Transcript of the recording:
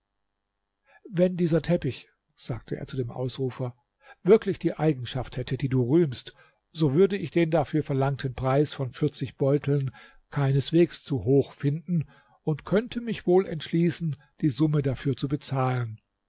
wenn dieser teppich sagte er zu dem ausrufer wirklich die eigenschaft hätte die du rühmst so würde ich den dafür verlangten preis von vierzig beuteln keineswegs zu hoch finden und könnte mich wohl entschließen die summe dafür zu bezahlen